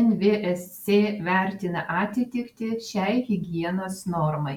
nvsc vertina atitiktį šiai higienos normai